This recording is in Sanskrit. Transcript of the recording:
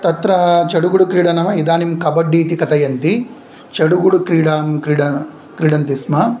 तत्र चडुगुडुक्रीडा नाम इदानीं कबड्डीति कथयन्ति चडुगुडुक्रीडां क्रीड क्रीडन्ति स्म